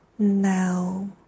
Now